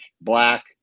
black